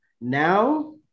Now